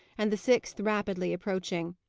and the sixth rapidly approaching.